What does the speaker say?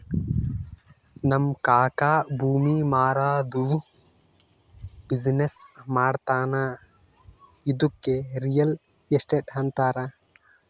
ನಮ್ ಕಾಕಾ ಭೂಮಿ ಮಾರಾದ್ದು ಬಿಸಿನ್ನೆಸ್ ಮಾಡ್ತಾನ ಇದ್ದುಕೆ ರಿಯಲ್ ಎಸ್ಟೇಟ್ ಅಂತಾರ